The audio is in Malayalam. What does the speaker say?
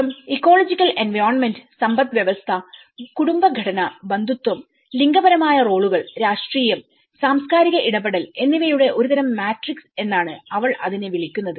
മതം ഇക്കോളജിക്കൽ എൻവയോണ്മെന്റ് സമ്പദ്വ്യവസ്ഥ കുടുംബ ഘടന ബന്ധുത്വം ലിംഗപരമായ റോളുകൾ രാഷ്ട്രീയം സാംസ്കാരിക ഇടപെടൽ എന്നിവയുടെ ഒരുതരം മാട്രിക്സ് എന്നാണ് അവൾ അതിനെ വിളിക്കുന്നത്